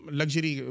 luxury